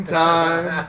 time